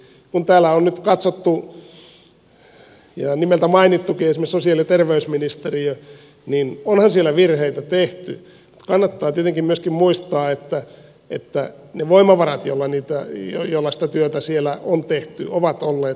kun täällä on nyt katsottu ja nimeltä mainittukin esimerkiksi sosiaali ja terveysministeriö niin onhan siellä virheitä tehty mutta kannattaa tietenkin myöskin muistaa että ne voimavarat joilla sitä työtä siellä on tehty ovat olleet rajalliset